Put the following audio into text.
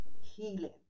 healing